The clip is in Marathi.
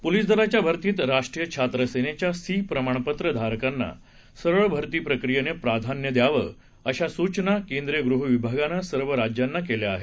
पोलीस दलाच्या भर्तीत राष्ट्रीय छात्र सेनेच्या सी प्रमाणपत्र धारकांना सरळ भर्ती प्रक्रियेनं प्राधान्य द्यावं अशा सूचना केद्रीय गृह विभागानं सर्व राज्यांना केल्या आहेत